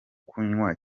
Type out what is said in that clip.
kunywa